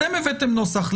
אתם הבאתם נוסח.